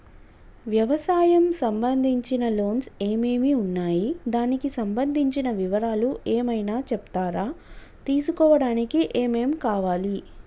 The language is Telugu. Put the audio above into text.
వ్యవసాయం సంబంధించిన లోన్స్ ఏమేమి ఉన్నాయి దానికి సంబంధించిన వివరాలు ఏమైనా చెప్తారా తీసుకోవడానికి ఏమేం కావాలి?